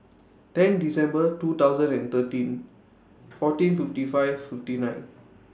ten December two thousand and thirteen fourteen fifty five fifty nine